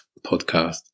podcast